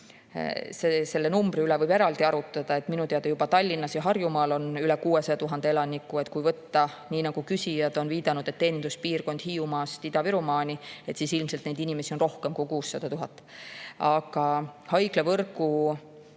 Selle numbri üle võib eraldi arutada. Minu teada on juba Tallinnas ja Harjumaal üle 600 000 elaniku. Kui võtta nii, nagu küsijad on viidanud, et teeninduspiirkond on Hiiumaast Ida-Virumaani, siis on neid inimesi ilmselt rohkem kui 600 000. Haiglavõrgu